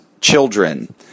children